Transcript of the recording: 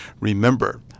Remember